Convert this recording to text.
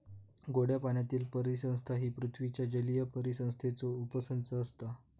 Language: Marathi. गोड्या पाण्यातीली परिसंस्था ही पृथ्वीच्या जलीय परिसंस्थेचो उपसंच असता